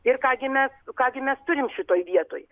ir ką gi mes ką gi mes turim šitoj vietoj